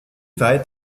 weit